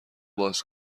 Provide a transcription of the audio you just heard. باز